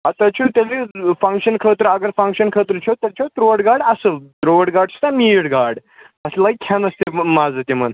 اَدٕ تۄہہِ چھُو نہٕ تَمہِ وِزِ فَنٛگشَن خٲطرٕ اگر فَنٛگشَن خٲطرٕ چھو تیٚلہِ چھو ترٛوٹ گاڈ اَصٕل ترٛوٹ گاڈ چھِنَہ میٖٹ گاڈ اَتھ لَگہِ کھٮ۪نَس تہٕ یِمَن مَزٕ تِمَن